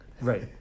Right